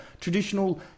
traditional